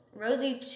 Rosie